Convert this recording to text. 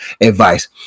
advice